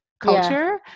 culture